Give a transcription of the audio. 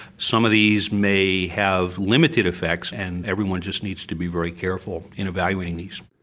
some of these may have limited effects and everyone just needs to be very careful in evaluating these.